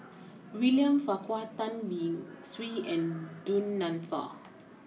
William Farquhar Tan Beng Swee and Du Nanfa